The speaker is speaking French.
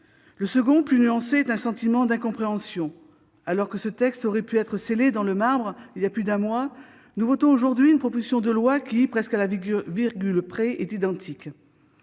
Le second, plus nuancé, est une forme d'incompréhension. Ce texte aurait pu être inscrit dans le marbre il y a plus d'un mois, et nous votons aujourd'hui une proposition de loi qui, presque à la virgule près, est identique